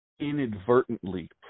inadvertently